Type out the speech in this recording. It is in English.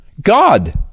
God